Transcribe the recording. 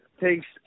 takes